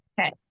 Okay